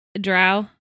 Drow